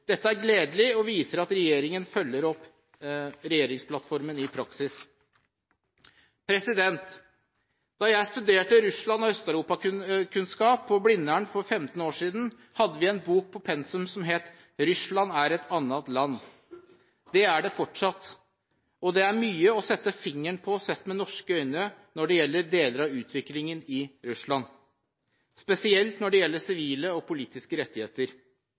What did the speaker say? Dette er gledelig og viser at regjeringen følger opp regjeringsplattformen i praksis. Da jeg studerte Russland- og Øst-Europa-kunnskap på Blindern for 15 år siden, hadde vi en pensumbok som het «Ryssland: ett annat Europa». Det er det fortsatt, og det er mye å sette fingeren på sett med norske øyne når det gjelder deler av utviklingen i Russland – spesielt når det gjelder sivile og politiske rettigheter.